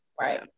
Right